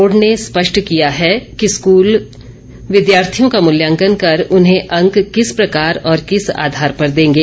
board ने स्पष्ट किया है कि स्कूल विद्यार्थियों का मूल्यांकन कर उन्हें अंक किस प्रकार और किस आधार पर देंगे